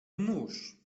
nóż